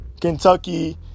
Kentucky